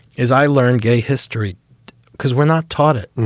as i learn gay history because we're not taught it.